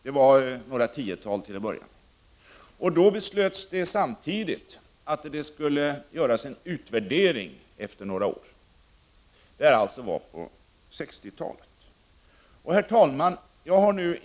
Det var till att börja med några tiotal. Samtidigt beslöts det att det skulle göras en utvärdering efter några år. Detta var alltså på 60-talet. Herr talman!